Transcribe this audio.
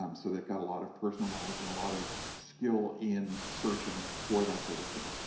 um so, they've got a lot of personal knowledge, and a lot of skill in searching for that sort of thing.